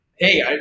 hey